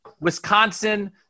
Wisconsin